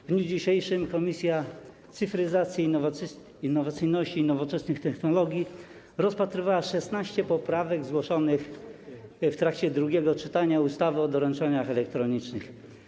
W dniu dzisiejszym Komisja Cyfryzacji, Innowacyjności i Nowoczesnych Technologii rozpatrywała 16 poprawek zgłoszonych w trakcie drugiego czytania ustawy o doręczeniach elektronicznych.